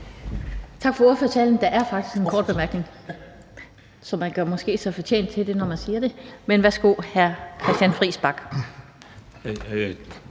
Tak for ordførertalen. Der er faktisk en kort bemærkning. Så man gør sig måske fortjent til det, når man siger det. Men værsgo til hr. Christian Friis Bach.